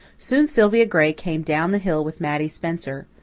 soon sylvia gray came down the hill with mattie spencer.